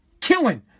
killing